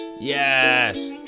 yes